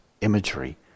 imagery